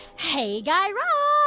hey, guy raz